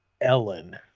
Ellen